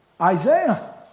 Isaiah